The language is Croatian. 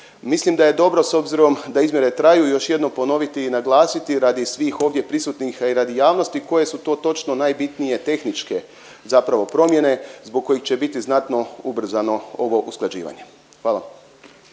Mislim da je dobro s obzirom da izmjere traju još jednom ponoviti i naglasiti radi svih ovdje prisutnih, a i radi javnosti koje su to točno najbitnije tehničke zapravo promjene zbog kojih će biti znatno ubrzano ovo usklađivanje. Hvala